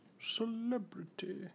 celebrity